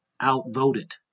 outvoted